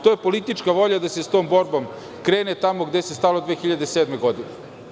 To je politička volja da se sa tom borbom krene tamo gde se stalo 2007. godine.